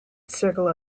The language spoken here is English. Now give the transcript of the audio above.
circle